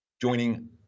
joining